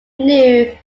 new